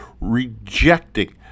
rejecting